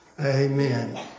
Amen